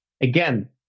Again